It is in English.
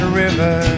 river